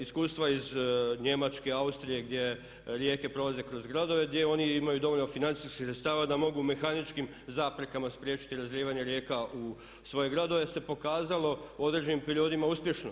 Iskustva iz Njemačke, Austrije gdje rijeke prolaze kroz gradove gdje oni imaju dovoljno financijskih sredstava da mogu mehaničkim zaprekama spriječiti razlijevanje rijeka u svoje gradove se pokazalo u određenim periodima uspješno.